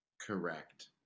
Correct